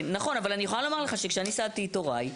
נכון, אבל כשאני סעדתי את הורי,